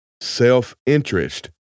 self-interest